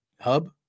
Hub